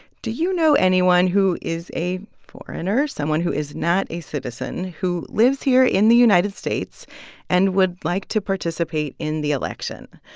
do you know anyone who is a foreigner someone who is not a citizen who lives here in the united states and would like to participate in the election?